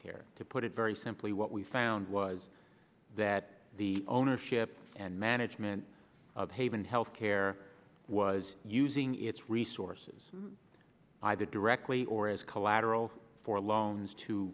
care to put it very simply what we found was that the ownership and management of haven health care was using its resources either directly or as collateral for loans to